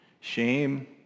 shame